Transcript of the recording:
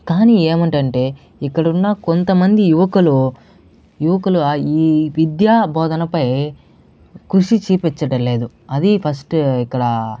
కానీ ఏమిటంటే ఇక్కడున్న కొంతమంది యువకులు యువకులు ఈ విద్యా బోధనపై కృషి చేయించట్లేదు అది ఫస్ట్ ఇక్కడ